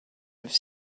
have